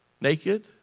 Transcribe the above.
Naked